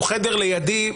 הוא חדר לידי,